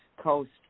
Coast